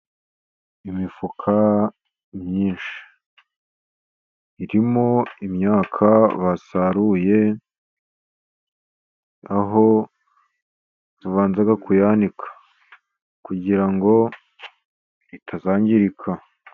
Imifuka myinshi irimo imyaka basaruye, aho tubanza kuyanika kugira ngo itazangirika.